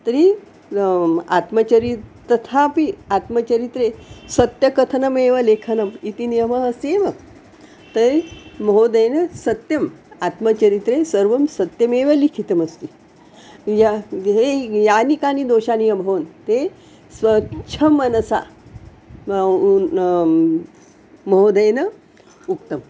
तर्हि आत्मचरित्रं तथापि आत्मचरित्रे सत्यकथनमेव लेखनम् इति नियमः अस्ति एव तर्हि महोदयेन सत्यम् आत्मचरित्रे सर्वं सत्यमेव लिखितमस्ति या गृहे यानि कानि दोषानि अभवन् ते स्वच्छमनसा महोदयेन उक्तम्